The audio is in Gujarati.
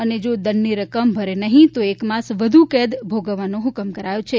અને જો દંડની રકમ ભરે નહિં તો છ માસ વ્ધુ કેદ ભોગવવાનો હુકમ કરાયો છે